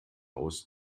aus